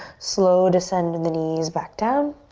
slow descend in the knees back down.